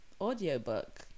audiobook